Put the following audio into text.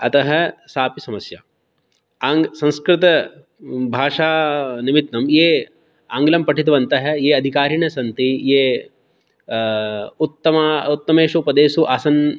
अतः सापि समस्या आङ्ग् संस्कृतभाषानिमित्तं ये आङ्ग्लं पठितवन्तः ये अधिकारिणः सन्ति ये उत्तम उत्तमेषु पदेषु आसन्